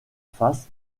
face